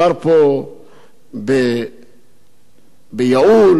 בייעול לטובת האסירים,